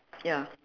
ya